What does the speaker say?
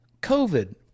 COVID